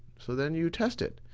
so, then you test it.